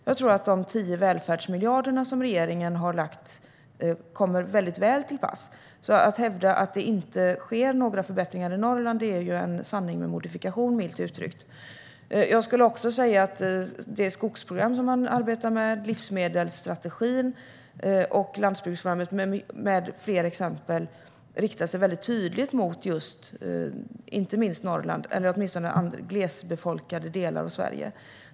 Jag tror att de tio välfärdsmiljarderna som regeringen har lagt kommer väl till pass. Att hävda att det inte sker några förbättringar i Norrland är milt uttryckt en sanning med modifikation. Jag skulle också säga att det skogsprogram som man arbetar med, liksom livsmedelsstrategin och landsbygdsprogrammet med flera exempel, riktar sig tydligt mot inte minst Norrland eller åtminstone mot glesbefolkade delar av Sverige.